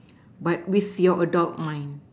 but with your adult mind